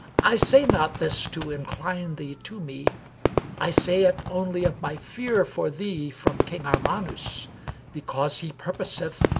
i say not this to incline thee to me i say it only of my fear for thee from king armanus because he purposeth,